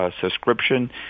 subscription